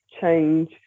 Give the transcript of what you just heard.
change